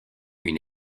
une